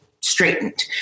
straightened